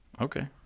Okay